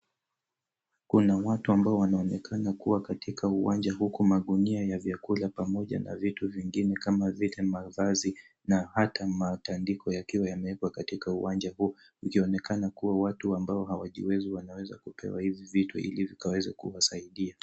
Kuna watu ambao wanaonekana kuwa katika uwanja huku magunia ya vyakula pamoja na vitu vingine kama vile mavazi na hata matandiko yakiwa yamewekwa katika uwanja huu ikionekana kuwa watu ambao hawajiwezi wanaweza kupewa hizi vitu ili vikaweze kuwasaidia.